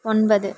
ஒன்பது